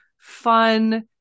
fun